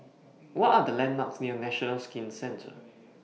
What Are The landmarks near National Skin Centre